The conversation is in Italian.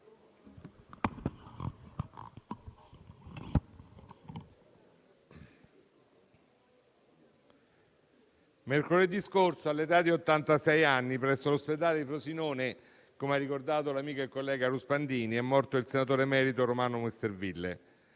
mercoledì scorso all'età di ottantasei anni, presso l'ospedale di Frosinone - come ha ricordato l'amico e collega Ruspandini - è morto il senatore emerito Romano Misserville.